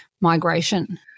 migration